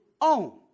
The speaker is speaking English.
own